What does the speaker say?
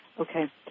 Okay